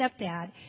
stepdad